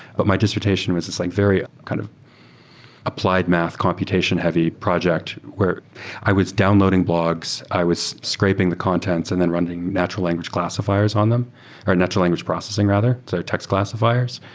but my dissertation was this like very kind of applied math computation heavy project where i was downloading blogs. i was scraping the contents and then running natural language classifiers on them or natural language processing rather, so text classifiers,